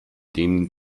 den